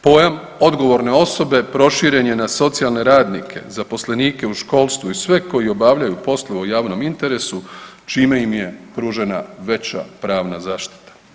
Pojam odgovorne osobe proširen je na socijalne radnike, zaposlenike u školstvu i sve koji obavljaju poslove u javnom interesu čime im je pružena veća pravna zaštita.